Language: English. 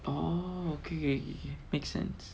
orh okay okay make sense